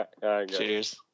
Cheers